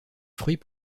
fruits